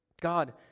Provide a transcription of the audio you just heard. God